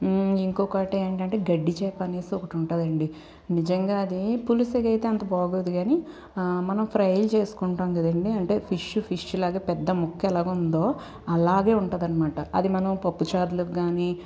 ఇంకొకటి ఏంటంటే గడ్డి చేప అనేసి ఒకటి ఉంటుంది అండి నిజంగా అది పులుసుకు అయితే అంత బాగోదు కానీ మనం ఫ్రై చేసుకుంటాం కదండి అంటే ఫిష్ ఫిష్ ఎలాగ పెద్ద ముక్క లాగ ఉందో అలాగే ఉంటుంది అనమాట అది మనం పప్పు చారులో కాని